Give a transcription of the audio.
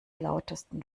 lautesten